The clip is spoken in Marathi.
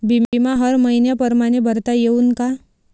बिमा हर मइन्या परमाने भरता येऊन का?